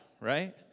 right